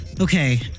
Okay